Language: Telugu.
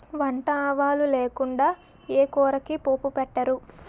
వంట ఆవాలు లేకుండా ఏ కూరకి పోపు పెట్టరు